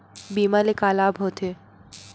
बीमा ले का लाभ होथे?